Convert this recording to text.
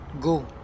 Go